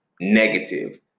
negative